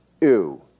Ew